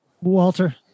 Walter